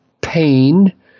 pain